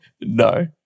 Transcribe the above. No